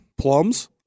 Plums